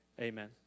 Amen